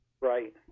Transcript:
Right